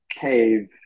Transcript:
cave